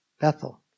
Bethel